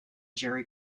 jerry